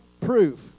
proof